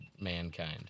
mankind